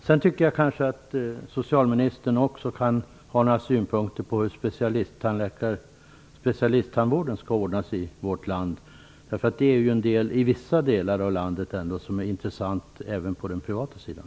Sedan tycker jag att socialministern kunde ha synpunkter på hur specialisttandvården skall ordnas i vårt land. I vissa delar av landet är ju det intressant även på den privata sidan.